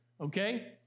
okay